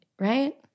Right